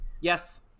Yes